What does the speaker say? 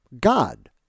God